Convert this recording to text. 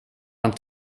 han